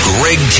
Greg